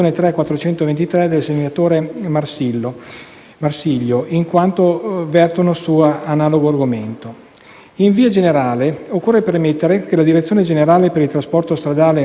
in quanto vertono su analogo argomento. In via generale, occorre premettere che la Direzione generale per il trasporto stradale e l'intermodalità del Ministero delle infrastrutture e dei trasporti